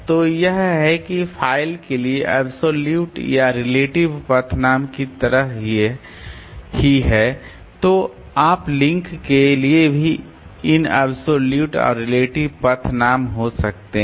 तो यह है कि फ़ाइल के लिए अब्सोल्यूट और रिलेटिव पथ नाम की तरह ही है तो आप लिंक के लिए भी इन अब्सोल्यूट और रिलेटिव पथ नाम हो सकता है